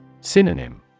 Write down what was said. Synonym